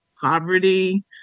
poverty